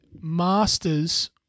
masters